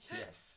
yes